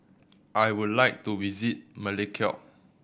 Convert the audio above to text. I would like to visit Melekeok